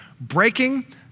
Breaking